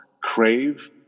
crave